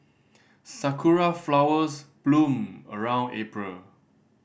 sakura flowers bloom around April